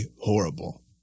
horrible